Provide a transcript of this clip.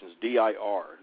dir